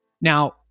Now